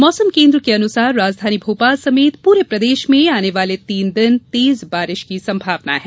मौसम केंद्र भोपाल के अनुसार राजधानी भोपाल समेत पूरे प्रदेश में आने वाले तीन दिन तेज बारिश की सम्मावना है